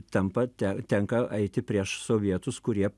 tampa te tenka eiti prieš sovietus kurie